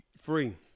free